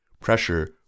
pressure